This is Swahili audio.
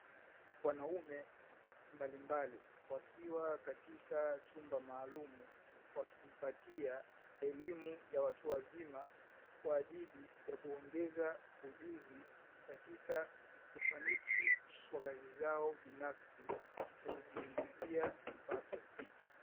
Wanaume mbalimbali wakiwa katika chumba maalumu wakijipatia elimu ya watu wazima kwa ajili ya kuongeza ujuzi katika ufanisi wa kazi zao binafsi za kujiingizia kipato.